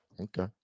okay